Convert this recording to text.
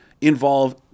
involve